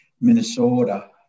Minnesota